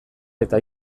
eta